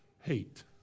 hate